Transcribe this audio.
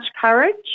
courage